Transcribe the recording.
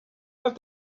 add